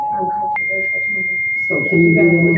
and uncontroversial changes. so can yeah